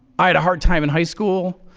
i had a hard time in high school.